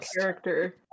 character